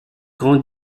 grands